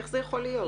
איך זה יכול להיות?